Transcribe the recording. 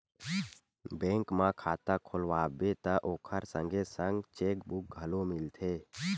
bank म खाता खोलवाबे त ओखर संगे संग चेकबूक घलो मिलथे